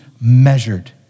measured